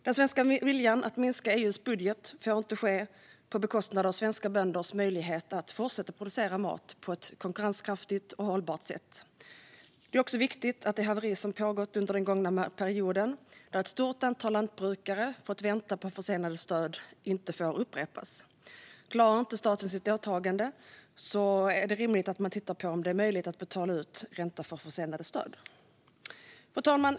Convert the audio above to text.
Den svenska viljan att minska EU:s budget får inte gå ut över svenska bönders möjlighet att fortsätta producera mat på ett konkurrenskraftigt och hållbart sätt. Det är också viktigt att det haveri som pågått under den gångna perioden där ett stort antal lantbrukare fått vänta på försenade stöd inte får upprepas. Klarar inte staten sitt åtagande är det rimligt att man tittar på om det är möjligt att betala ut ränta för försenade stöd. Fru talman!